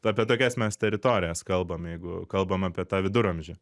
apie tokias mes teritorijas kalbam jeigu kalbam apie tą viduramžių